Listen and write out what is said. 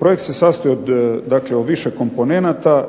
Projekt se sastoji od dakle više komponenata,